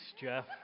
Jeff